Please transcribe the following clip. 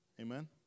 Amen